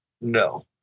No